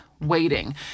waiting